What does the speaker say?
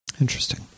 Interesting